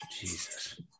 Jesus